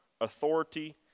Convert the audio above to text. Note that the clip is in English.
authority